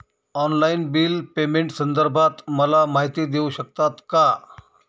Online bill पेमेंटसंदर्भात मला माहिती देऊ शकतात का?